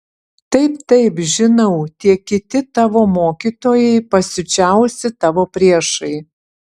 taip taip žinau tie kiti tavo mokytojai pasiučiausi tavo priešai